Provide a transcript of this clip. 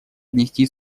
внести